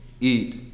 eat